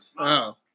Wow